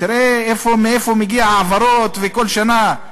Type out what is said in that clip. שתראה מאיפה מגיעות ההעברות כל שנה,